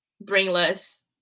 brainless